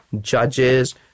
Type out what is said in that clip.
judges